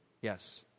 Yes